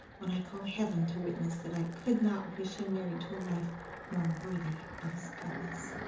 when i call heaven to witness that i could not wish him married to a wife more worthy of his goodness!